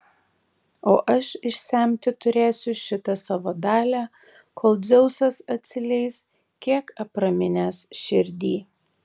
o aš išsemti turėsiu šitą savo dalią kol dzeusas atsileis kiek apraminęs širdį